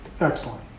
excellent